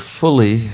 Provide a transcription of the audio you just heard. fully